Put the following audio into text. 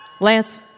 Lance